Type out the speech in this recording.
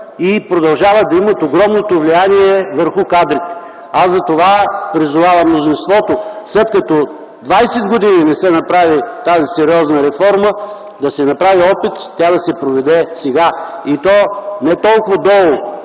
и продължават да имат огромното влияние върху кадрите. Затова призовавам мнозинството, след като 20 години не се направи тази сериозна реформа, да се направи опит тя да се проведе сега. И то не толкова долу